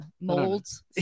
molds